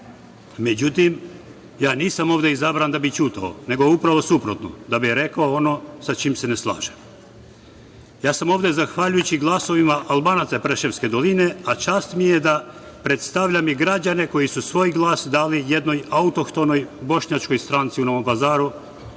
Međutim, ja nisam ovde izabran da bih ćutao, nego upravo suprotno, da bih rekao ono sa čim se ne slažem. Ovde sam zahvaljujući glasovima Albanaca Preševske doline, a čast mi je da predstavljam i građane koji su svoj glas dali jednoj autohtonoj bošnjačkoj stranci u Novom Pazaru